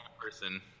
person